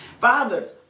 Fathers